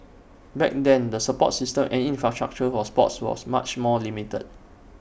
back then the support system and infrastructure for sports was much more limited